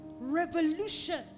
revolution